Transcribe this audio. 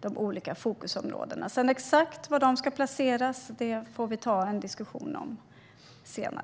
de olika fokusområdena. Sedan var exakt dessa fredsdiplomater ska placeras får vi ta en diskussion om senare.